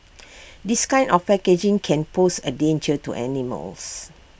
this kind of packaging can pose A danger to animals